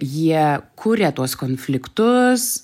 jie kuria tuos konfliktus